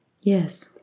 Yes